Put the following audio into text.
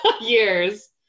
years